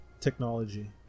technology